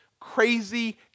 crazy